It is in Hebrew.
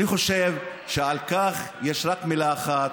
אני חושב שעל כך יש רק מילה אחת,